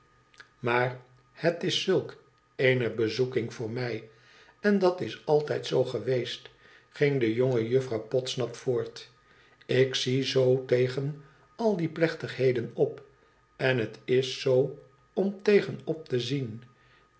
maar het is zulk eene bezoeking voor mij en dat is altijd zoo geweest ging de jonge juffrouw podsnap voort ilk zie zoo tegen al die plechtigheden op n het is zoo om tegen op te zien